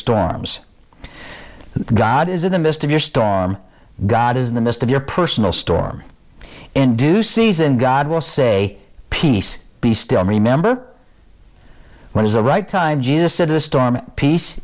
storms god is in the midst of your storm god is in the midst of your personal storm in due season god will say peace be still remember when is the right time